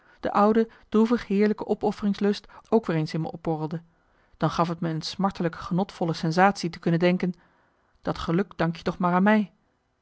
de oude droevig heerlijke opofferingslust ook weer eens in me opborrelde dan gaf t me een smartelijk genotvolle sensatie te kunnen denken dat geluk dank je toch maar aan mij